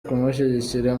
kumushyigikira